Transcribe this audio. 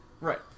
right